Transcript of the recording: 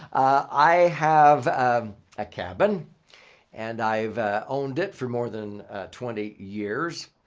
i have a cabin and i've owned it for more than twenty years.